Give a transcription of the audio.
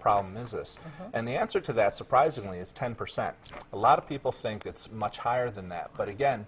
problem is this and the answer to that surprisingly is ten percent a lot of people think it's much higher than the but again